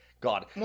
God